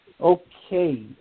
Okay